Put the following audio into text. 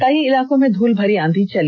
कई इलाकों में धूल भरी आंधी भी चली